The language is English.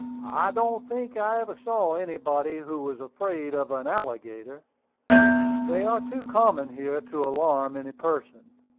i don't think i ever saw anybody who was afraid of an alligator they are too common here to alarm any person.